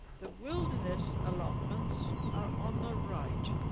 the wilderness allotments are on the right